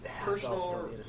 personal